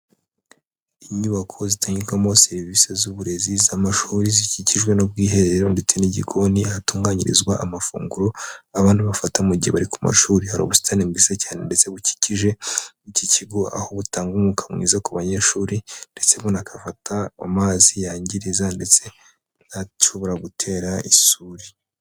Inyubako zitangirwamo serivisi z'uburezi z'amashuri zikikijwe n'ubwiherero ndetse n'igikoni hatunganyirizwa amafunguro abantu bafata mu gihe bari ku mashuri, hari ubusitani bwiza cyane ndetse bukikije iki kigo, aho butanga umwuka mwiza ku banyeshuri, ndetse bunakafata amazi yangiriza ndetse n'ashobora gutera isuri.